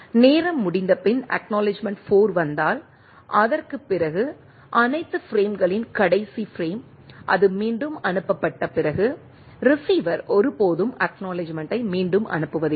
நேரம் முடிந்தபின் ACK 4 வந்தால் அதற்குப் பிறகு அனைத்து பிரேம்களின் கடைசி பிரேம் அது மீண்டும் அனுப்பப்பட்ட பிறகு ரிசீவர் ஒருபோதும் அக்நாலெட்ஜ்மெண்ட்டை மீண்டும் அனுப்புவதில்லை